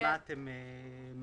מה אתם מבטלים?